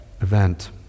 event